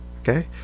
Okay